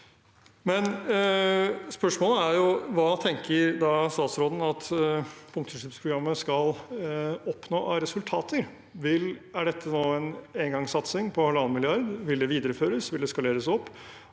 har. Spørsmålet er jo: Hva tenker statsråden at punktutslippsprogrammet skal oppnå av resultater? Er dette en engangssatsing på 1,5 mrd. kr? Vil det videreføres? Vil det skaleres opp,